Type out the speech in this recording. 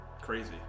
Crazy